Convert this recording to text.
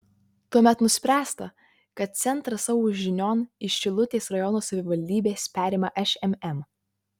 tuomet nuspręsta kad centrą savo žinion iš šilutės rajono savivaldybės perima šmm